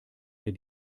ihr